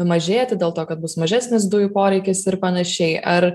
mažėti dėl to kad bus mažesnis dujų poreikis ir panašiai ar